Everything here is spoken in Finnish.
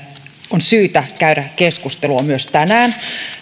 on syytä käydä keskustelua myös tänään